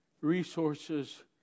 resources